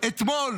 אתמול